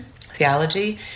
theology